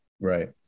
Right